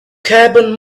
carbon